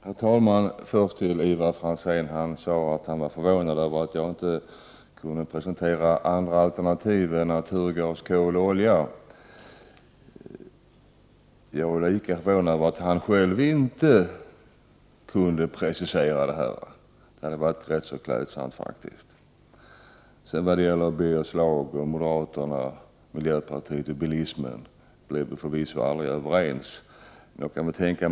Herr talman! Ivar Franzén sade att han var förvånad över att jag inte kunde presentera andra alternativ än naturgas, kol och olja. Jag är lika förvånad över att han själv inte kunde precisera detta — det hade faktiskt varit rätt klädsamt. Birger Schlaug, miljöpartiet och moderaterna blir förvisso aldrig överens när det gäller bilismen.